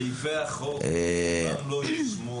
סעיפי החוק אומנם לא יושמו,